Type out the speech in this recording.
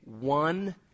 one